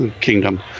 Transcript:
kingdom